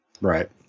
right